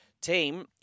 team